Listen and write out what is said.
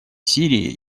сирии